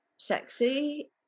Sexy